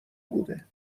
بوده